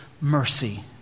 mercy